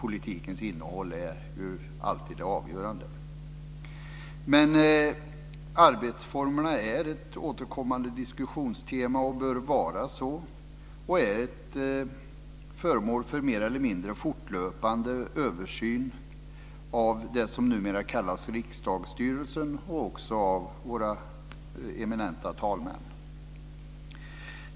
Politikens innehåll är ju alltid det avgörande. Men arbetsformerna är ett återkommande diskussionstema och bör vara så. De är föremål för mer eller mindre fortlöpande översyn av det som numera kallas riksdagsstyrelsen och också av våra eminenta talmän.